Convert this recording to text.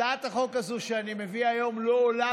הצעת החוק הזאת שאני מביא היום לא עולה